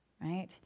right